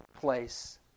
place